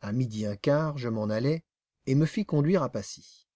à midi un quart je m'en allai et me fis conduire à passy